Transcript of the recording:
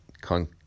con